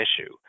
issue